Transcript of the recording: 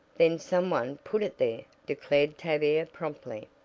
then some one put it there, declared tavia promptly.